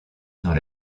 dans